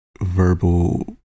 verbal